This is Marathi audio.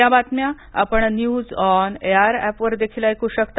या बातम्या आपण न्यूज ऑन एआयआर ऍपवर देखील ऐकू शकता